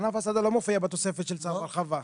ענף הסעדה לא מופיע בתוספת של צו ההרחבה.